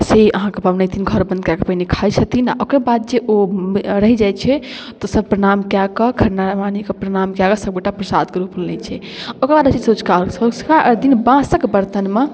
से अहाँके पबनैतिन घर बन्द कऽ कऽ पहिने खाइ छथिन ओकर बाद जे ओ रहि जाइ छै तऽ सब प्रणाम कऽ कऽ खरनावालीके प्रणाम कऽ कऽ सबगोटा प्रसादके रूपमे लै छै ओकरा बाद होइ छै सँझुका अर्घ सँझुका अर्घ दिन बाँसके बर्तनमे